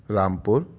Rampur